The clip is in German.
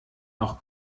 auch